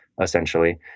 essentially